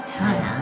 time